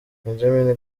benjamin